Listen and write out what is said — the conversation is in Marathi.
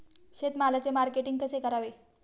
शेतमालाचे मार्केटिंग कसे करावे?